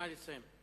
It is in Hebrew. נא לסיים.